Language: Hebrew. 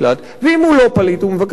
ואם הוא לא פליט ומבקש מקלט,